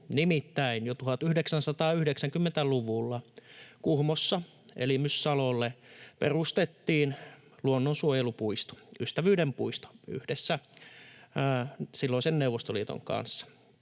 Nimittäin jo 1990-luvulla Kuhmossa Elimyssalolle perustettiin luonnonsuojelupuisto, Ystävyyden puisto, yhdessä silloisen Neuvostoliiton kanssa.